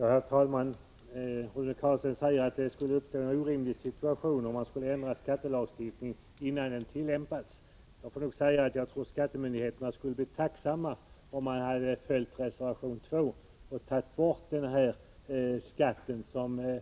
Herr talman! Rune Carlstein säger att det skulle uppstå en orimlig situation, om man skulle ändra skattelagstiftningen innan den har börjat tillämpas. Jag tror emellertid att skattemyndigheterna skulle bli tacksamma, om riksdagen följer reservation 2 och tar bort denna skatt, som